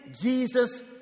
Jesus